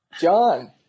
John